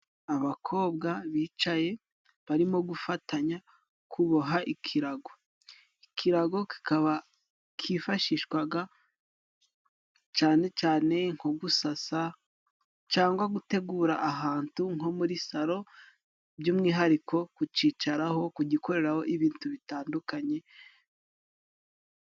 Abakobwa bicaye barimo gufatanya kuboha ikirago, ikirago kikaba kifashishwaga, cane cane nko gusasa cangwa gutegura, ahantu nko muri salon by'umwihariko kucicaraho kugikoreraho ibintu bitandukanye.